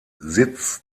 sitz